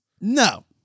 No